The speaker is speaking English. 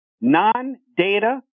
non-data